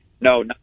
no